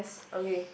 okay